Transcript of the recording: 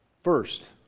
First